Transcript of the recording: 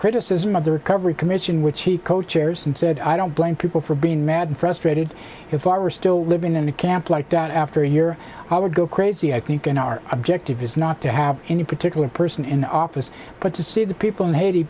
criticism of the recovery commission which he co chairs and said i don't blame people for being mad frustrated if i were still living in a camp like that after a year i would go crazy i think and our objective is not to have any particular person in office but to see the people in haiti